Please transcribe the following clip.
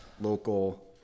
local